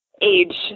age